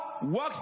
Works